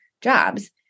jobs